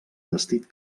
vestit